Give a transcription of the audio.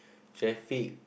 traffic